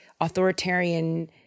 authoritarian